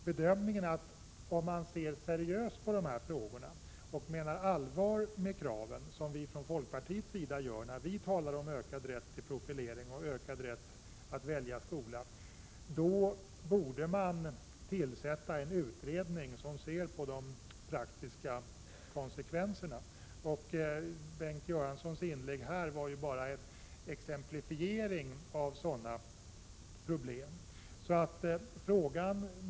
Om man ser seriöst på dessa frågor och menar allvar med kraven, vilket vi från folkpartiets sida gör när vi talar om ökad rätt till profilering och ökad rätt att välja skola, borde man tillsätta en utredning som ser på de praktiskta konsekvenserna. Bengt Göranssons inlägg här var bara en exemplifiering av sådana problem.